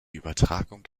übertragung